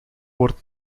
word